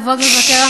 כבוד מבקר המדינה,